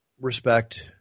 respect